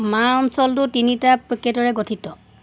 মাহ অঞ্চলটো তিনিটা পেকেটেৰে গঠিত